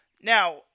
Now